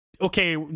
okay